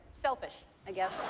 selfish, i guess.